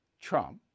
Trump